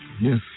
Yes